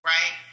Right